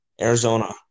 Arizona